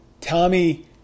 Tommy